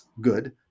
good